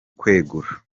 kwegura